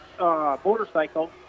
Motorcycle